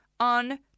On